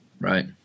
Right